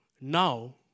Now